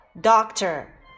doctor